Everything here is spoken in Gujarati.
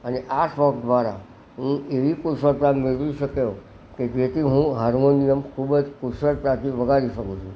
અને આ શોખ દ્વારા હું એવી કુશળતા મેળવી શક્યો કે જેથી હું હાર્મોનિયમ ખૂબ જ કુશળતાથી વગાડી શકું છું